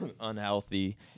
unhealthy